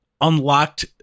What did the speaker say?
unlocked